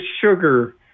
sugar